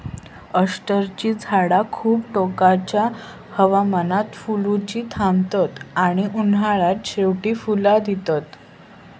अष्टरची झाडा खूप टोकाच्या हवामानात फुलुची थांबतत आणि उन्हाळ्याच्या शेवटी फुला दितत